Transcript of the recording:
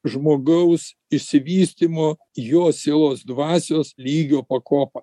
žmogaus išsivystymo jo sielos dvasios lygio pakopą